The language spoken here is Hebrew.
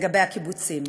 לגבי הקיבוצים.